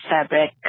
fabric